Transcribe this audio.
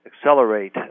accelerate